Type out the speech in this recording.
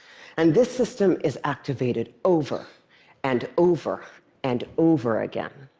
and this system is activated over and over and over again,